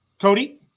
Cody